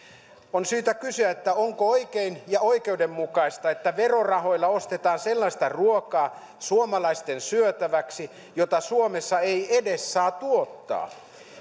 on syytä kysyä onko oikein ja oikeudenmukaista että verorahoilla ostetaan sellaista ruokaa suomalaisten syötäväksi jota suomessa ei edes saa tuottaa